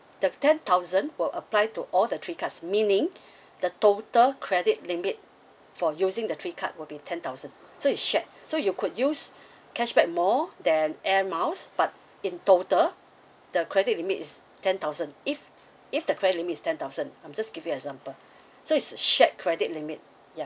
the ten thousand will apply to all the three cards meaning the total credit limit for using the three card will be ten thousand so is shared so you could use cashback more than air miles but in total the credit limit is ten thousand if if the credit limit is ten thousand I'm just giving example so it's a shared credit limit ya